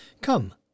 Come